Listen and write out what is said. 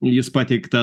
jis pateiktas